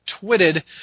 twitted